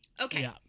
okay